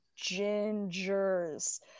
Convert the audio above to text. gingers